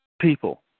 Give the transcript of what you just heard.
people